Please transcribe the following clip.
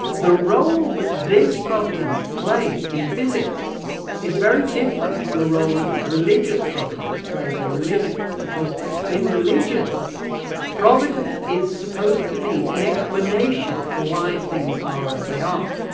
the role that this providence plays in physics is very different from the role that religious providence plays in religion, because in religion providence is supposed to be an explanation for why things are as they are.